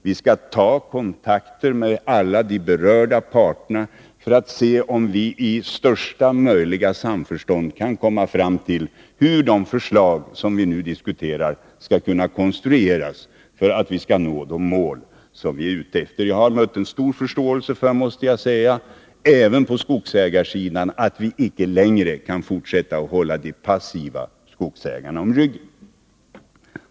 Vi skall ta kontakt med alla berörda parter för att vi i största möjliga samförstånd skall kunna komma fram till hur de förslag som vi nu diskuterar bäst skall konstrueras för att vi skall nå de mål som vi är ute efter. Jag har, måste jag säga, även på skogsägarsidan mött stor förståelse för att vi inte längre kan fortsätta att hålla de passiva skogsägarna om ryggen.